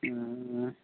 ହ୍ନୁଁ